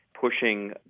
pushing